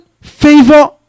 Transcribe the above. favor